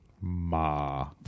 Ma